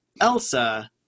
Elsa